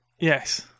Yes